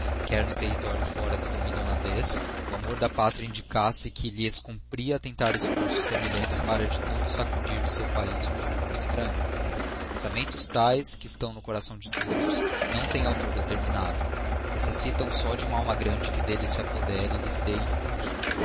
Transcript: quer no território fora do xlominio hollandez o amor da pátria indicasse que lhes umpria tentar esforços semelhantes para de todo sacudir de seu paiz o jugo estranho pensamentos taes que estão no coração de todos voão têm autor determinado necessitam só uma alma grande que delles se lapodere e lhes dê impulso